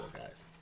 guys